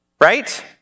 Right